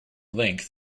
length